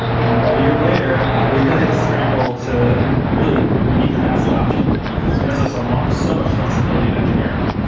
and about a year later we really had to scramble to really meet the mass adoption, because mesos unlocked so much flexibility in engineering.